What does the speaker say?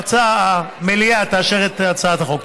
מקווה שהמליאה תאשר את הצעת החוק.